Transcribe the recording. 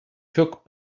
took